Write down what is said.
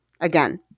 again